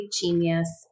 genius